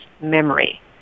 memory